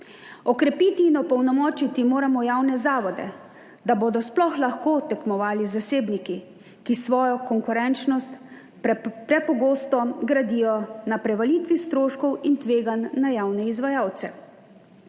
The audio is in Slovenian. Okrepiti in opolnomočiti moramo javne zavode, da bodo sploh lahko tekmovali z zasebniki, ki svojo konkurenčnost prepogosto gradijo na prevalitvi stroškov in tveganj na javne izvajalce.